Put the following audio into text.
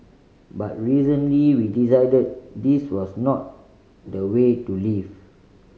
but recently we decided this was not the way to live